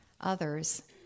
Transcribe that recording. Others